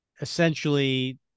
essentially